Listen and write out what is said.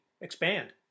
expand